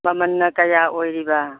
ꯃꯃꯜꯅ ꯀꯌꯥ ꯑꯣꯏꯔꯤꯕ